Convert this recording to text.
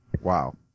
Wow